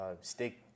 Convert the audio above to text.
stick